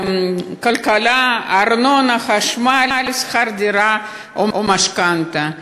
כלכלה, ארנונה, חשמל, שכר דירה או משכנתה.